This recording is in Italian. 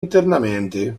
internamente